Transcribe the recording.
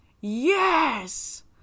Yes